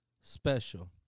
Special